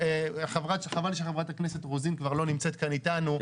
חבל שחברת הכנסת רוזין כבר לא נמצאת כאן איתנו.